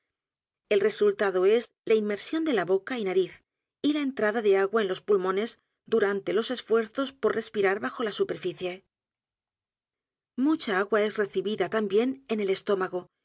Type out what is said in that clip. el resultado es la inmersión de la boca y nariz y la entrada de agua en los pulmones durante los esfuerzos por r e s p i r a r bajo la superficie mucha a g u a es recibida t a m bién en el estómago y